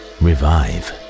revive